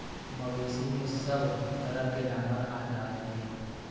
मवेसी में सभ तरह के जानवर आ जायेले